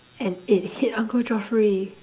and it hit uncle Geoffrey